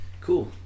Cool